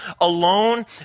alone